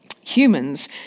humans